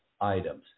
items